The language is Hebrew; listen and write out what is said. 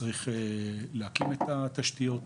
צריך להקים את התשתיות,